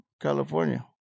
California